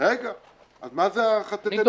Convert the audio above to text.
מה זה החטטנות?